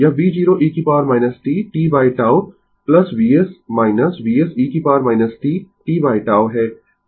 यह v0e t t τ Vs Vse t t τ है